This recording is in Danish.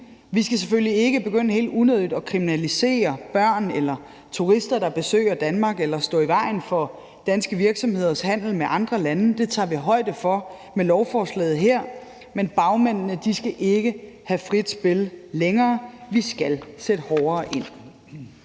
Vi skal selvfølgelig ikke begynde helt unødigt at kriminalisere børn eller turister, der besøger Danmark, eller stå i vejen for danske virksomheders handel med andre lande. Det tager vi højde for med lovforslaget her. Men bagmændene skal ikke have frit spil længere. Vi skal sætte hårdere ind.